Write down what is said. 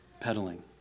peddling